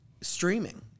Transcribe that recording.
streaming